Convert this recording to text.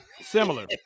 Similar